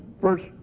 first